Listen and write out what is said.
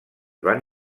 van